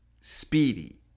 Speedy